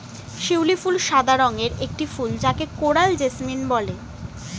শিউলি ফুল সাদা রঙের একটি ফুল যাকে কোরাল জেসমিন বলে